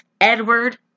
Edward